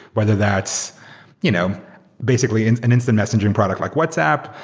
whether that's you know basically an instant messaging product like whatsapp.